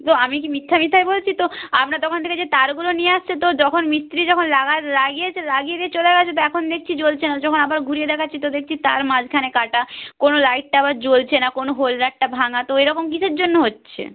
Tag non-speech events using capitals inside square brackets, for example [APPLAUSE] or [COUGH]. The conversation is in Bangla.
তো আমি কি মিথ্যা মিথ্যাই বলছি তো আপনার দোকান থেকে যে তারগুলো নিয়ে এসেছে তো যখন মিস্ত্রি যখন [UNINTELLIGIBLE] লাগিয়েছে লাগিয়ে দিয়ে চলে গেছে তো এখন দেখছি জ্বলছে না যখন আবার ঘুরিয়ে দেখাচ্ছি তো দেখছি তার মাঝখানে কাটা কোনো লাইটটা আবার জ্বলছে না কোনো হোল্ডারটা ভাঙা তো এরকম কীসের জন্য হচ্ছে